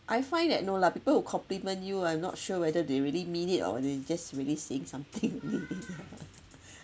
I find that no lah people who compliment you I'm not sure whether they really mean it or whether they just really saying something only